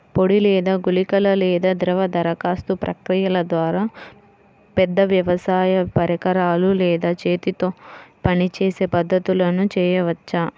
పొడి లేదా గుళికల లేదా ద్రవ దరఖాస్తు ప్రక్రియల ద్వారా, పెద్ద వ్యవసాయ పరికరాలు లేదా చేతితో పనిచేసే పద్ధతులను చేయవచ్చా?